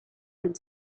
and